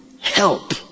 help